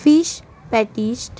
fish patties